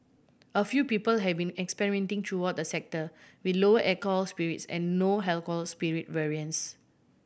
a few people have been experimenting throughout the sector with lower alcohol spirits and no alcohol spirit variants